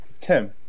Tim